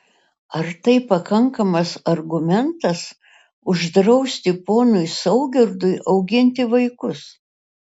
ar tai pakankamas argumentas uždrausti ponui saugirdui auginti vaikus